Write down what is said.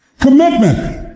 Commitment